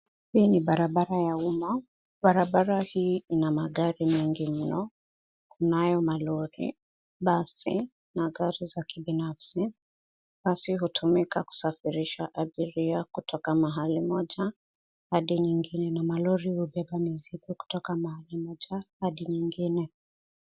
Hii ni barabara ya uma. Barabara hii ina magari mengi mno. Kunayo malori, basi, na gari za kibinfsi. Basi hutumika kusafirisha abiria kutoka mahali moja hadi nyingine, na malori hubeba mizigo kutoka mahali moja hadi nyingine.